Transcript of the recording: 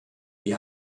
wir